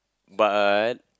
but